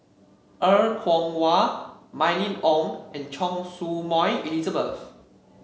Er Kwong Wah Mylene Ong and Choy Su Moi Elizabeth